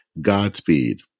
Godspeed